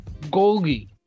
Golgi